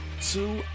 Two